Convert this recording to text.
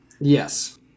Yes